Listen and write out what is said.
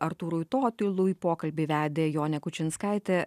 artūrui totilui pokalbį vedė jonė kučinskaitė